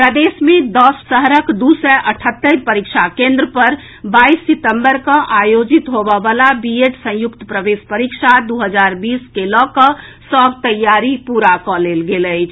प्रदेश मे दस शहरक दू सय अठहत्तरि परीक्षा केंद्र पर बाईस सितंबर के आयोजित होबएवला बीएड संयुक्त प्रवेश परीक्षा दू हजार बीस के लऽ कऽ सभ तैयारी पूरा कऽ लेल गेल अछि